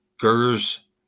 Gers